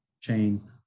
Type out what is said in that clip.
chain